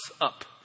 up